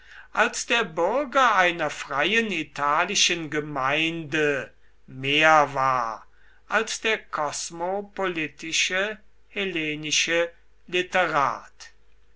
als der bürger einer freien italischen gemeinde mehr war als der kosmopolitische hellenische literat